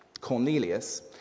Cornelius